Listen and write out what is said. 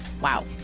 Wow